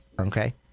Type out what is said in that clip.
Okay